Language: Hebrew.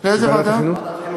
לוועדת החינוך?